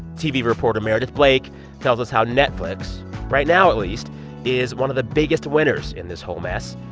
tv reporter meredith blake tells us how netflix right now at least is one of the biggest winners in this whole mess.